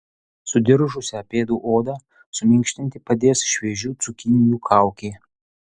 sudiržusią pėdų odą suminkštinti padės šviežių cukinijų kaukė